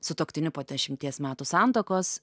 sutuoktiniu po dešimties metų santuokos